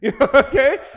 Okay